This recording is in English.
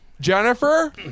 Jennifer